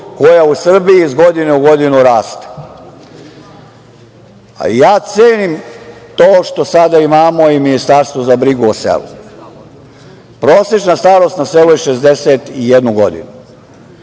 koja u Srbiji iz godine u godinu raste. Cenim to što sada imamo i ministarstvo za brigu o selu. Prosečna starost na selu je 61 godina.